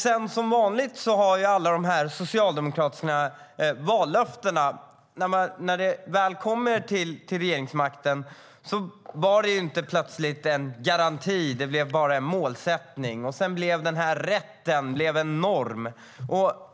Som vanligt med socialdemokratiska vallöften har det hela ändrats när man väl kommer till regeringsmakten. Plötsligt var det inte längre en garanti utan bara en målsättning, och den här "rätten" blev en "norm".